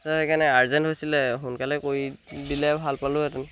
sir সেইকাৰণে urgent হৈছিলে সোনকালে কৰি দিলে ভাল পালোঁহতেন